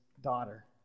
daughter